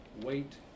wait